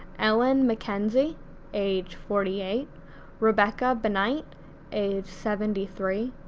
ellen mckenzie age forty eight rebecca benight age seventy three,